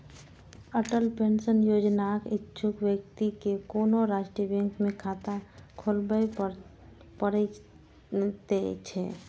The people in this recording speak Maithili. अटल पेंशन योजनाक इच्छुक व्यक्ति कें कोनो राष्ट्रीय बैंक मे खाता खोलबय पड़ै छै